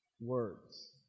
words